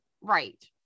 Right